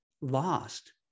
lost